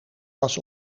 was